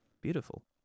Beautiful